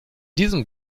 diesem